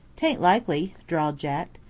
tain't likely, drawled jack.